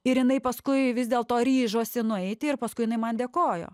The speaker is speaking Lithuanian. ir jinai paskui vis dėl to ryžosi nueiti ir paskui jinai man dėkojo